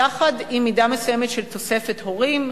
יחד עם מידה מסוימת של תוספת הורים,